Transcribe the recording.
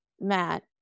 Matt